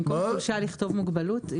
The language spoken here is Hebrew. במקום חולשה לכתוב מוגבלות.